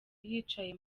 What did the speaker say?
yicaye